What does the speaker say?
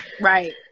Right